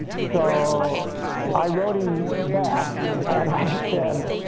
so i wrote him back and i said,